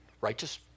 Righteous